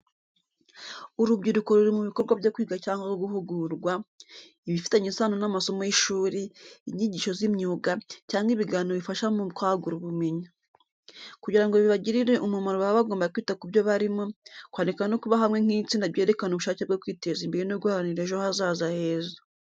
Urubyiruko ruri mu bikorwa byo kwiga cyangwa guhugurwa, ibifitanye isano n’amasomo y’ishuri, inyigisho z’imyuga, cyangwa ibiganiro bifasha mu kwagura ubumenyi. Kugira ngo bibagirire umumaro baba bagomba kwita ku byo barimo, kwandika no kuba hamwe nk’itsinda byerekana ubushake bwo kwiteza imbere no guharanira ejo hazaza heza.